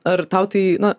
ar tau tai na